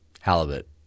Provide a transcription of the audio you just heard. Halibut